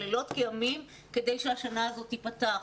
כדי שהשנה הזו תיפתח.